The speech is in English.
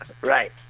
Right